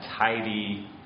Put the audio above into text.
tidy